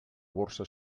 borsa